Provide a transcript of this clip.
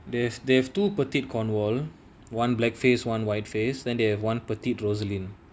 there's they've two petite cornwall one black faced one white face then they have one petite rosaline